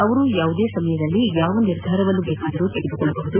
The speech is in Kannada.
ಅವರು ಯಾವುದೇ ಸಮಯದಲ್ಲಿ ಯಾವ ನಿರ್ಧಾರವನ್ನು ಬೇಕಾದರೂ ತೆಗೆದುಕೊಳ್ಳಬಹುದು